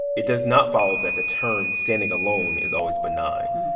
it does not follow that the term standing alone is always benign.